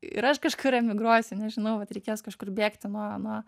ir aš kažkur emigruosiu nežinau vat reikės kažkur bėgti nuo nuo